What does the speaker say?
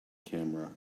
camera